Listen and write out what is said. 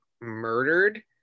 murdered